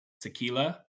Tequila